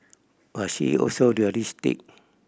but she is also realistic